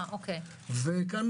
כאן